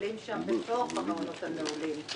שמקבלים בתוך המעונות הנעולים.